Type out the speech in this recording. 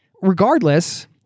Regardless